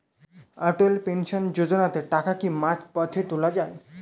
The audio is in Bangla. অটল পেনশন যোজনাতে টাকা কি মাঝপথে তোলা যায়?